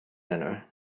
heno